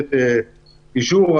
לתת אישור.